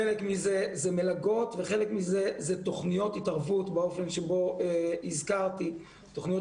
חלק מזה זה מלגות וחלק זה תוכניות התערבות באופן שבו הזכרתי תוכניות